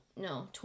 no